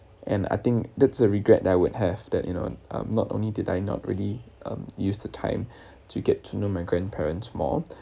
and I think that's a regret that I would have that you know I'm not only did I not really um use the time to get to know my grandparents more